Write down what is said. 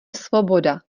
svoboda